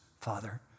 Father